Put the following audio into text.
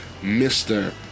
Mr